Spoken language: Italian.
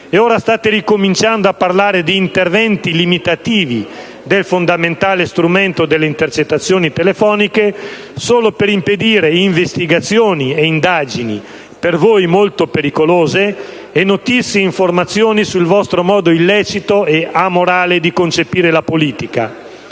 E ora state ricominciando a parlare di interventi limitativi del fondamentale strumento delle intercettazioni telefoniche, solo per impedire investigazioni e indagini per voi molto pericolose e notizie-informazioni sul vostro modo illecito e amorale di concepire la politica.